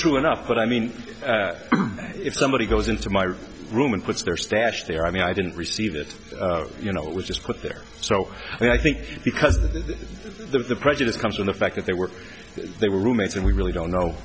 true enough but i mean if somebody goes into my room and puts their stash there i mean i didn't receive it you know it was just put there so i think because of the prejudice comes from the fact that they were they were roommates and we really don't know